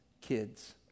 kids